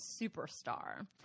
superstar